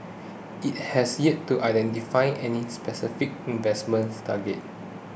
it has yet to identify any specific investment targets